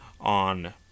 on